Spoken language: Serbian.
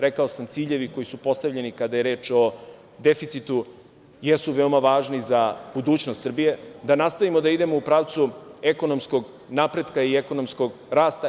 Rekao sam, ciljevi koji su postavljeni, kada je reč o deficitu, jesu veoma važni za budućnost Srbije, da nastavimo da idemo u pravcu ekonomskog napretka i ekonomskog rasta.